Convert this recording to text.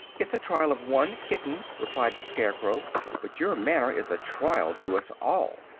it's a trial of one kitten, replied the scarecrow but your manner is a trial to us all.